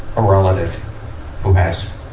a relative who has